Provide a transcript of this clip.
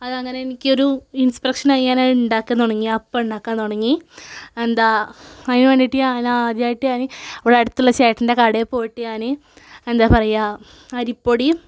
അത് അങ്ങനെ എനിക്കൊരു ഇൻസ്പ്പ്രെക്ഷനായി ഞാന് ഉണ്ടാക്കാൻ തുടങ്ങി അപ്പം ഉണ്ടാക്കാൻ തുടങ്ങി എന്താ അതിനു വേണ്ടിയിട്ട് ഞാനാദ്യമായിട്ട് ഞാന് ഇവിടെ അടുത്തുള്ള ചേട്ടന്റെ കടയിൽ പോയിട്ട് ഞാന് എന്താ പറയുക അരിപ്പൊടി